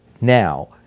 now